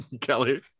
Kelly